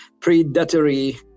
predatory